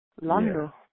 Lando